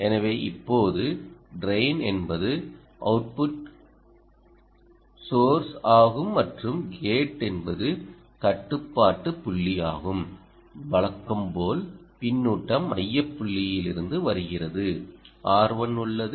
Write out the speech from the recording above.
எனவே இப்போது ட்ரெய்ன் என்பது அவுட்புட் சோர்ஸ் ஆகும் மற்றும் கேட் என்பது கட்டுப்பாட்டு புள்ளியாகும் வழக்கம் போல் பின்னூட்டம் மைய புள்ளியிலிருந்து வருகிறது R1 உள்ளது